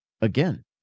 again